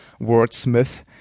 wordsmith